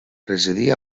residia